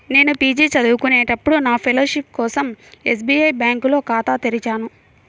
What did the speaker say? నేను పీజీ చదువుకునేటప్పుడు నా ఫెలోషిప్ కోసం ఎస్బీఐ బ్యేంకులో ఖాతా తెరిచాను